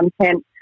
content